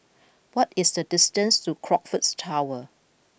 what is the distance to Crockfords Tower